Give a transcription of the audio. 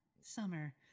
summer